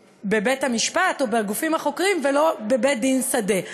בבית-המשפט או בגופים החוקרים ולא בבית-דין שדה.